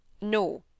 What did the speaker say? No